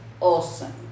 awesome